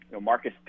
Marcus